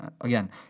again